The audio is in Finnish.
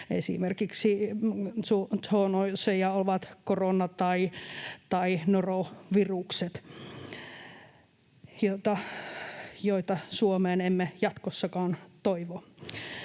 esimerkiksi korona- ja norovirukset, joita Suomeen emme jatkossakaan toivo.